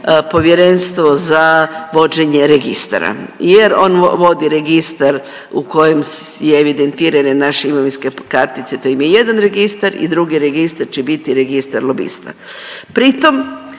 povjerenstvo za vođenje registara jer on vodi registar u kojem su evidentirane naše imovinske kartice, to im je jedan registar i drugi registar će biti registar lobista.